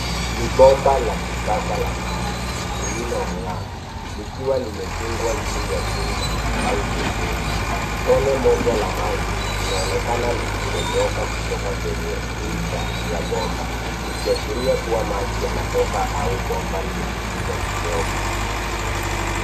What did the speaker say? Ni bomba la kisasa la maji lililong'aa, likiwa limefungwa juu ya sinki au beseni, tone moja la maji inaonekana likidondoka kwenye ncha ya bomba, likiashiria kuwa maji yanatoka au bomba linavunja kidogo.